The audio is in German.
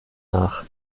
nach